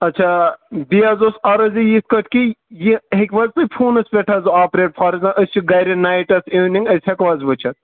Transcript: اچھا بیٚیہِ حظ اوس عرٕض یہِ کِتھٕ کٔنۍ یہِ ہیٚکوا تُہۍ فونَس پیٚٹھ حظ آپرٛیٹ فار ایٚکزا أسۍ چھِ گرِ نایٹَس اِیونِنٛگ أسۍ ہیٚکوا حظ وُچھِتھ